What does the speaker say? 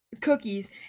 cookies